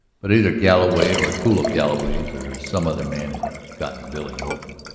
but either galloway or a tool of galloway's or some other man had gotten billy norton,